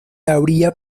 habría